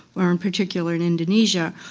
or in particular in indonesia,